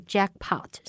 Jackpot